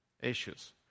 issues